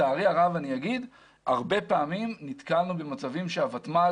לצערי הרב אני אומר שהרבה פעמים נתקלנו במצבים שהוותמ"ל